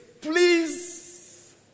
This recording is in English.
please